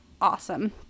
awesome